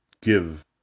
give